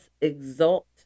exalt